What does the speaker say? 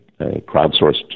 crowdsourced